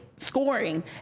Scoring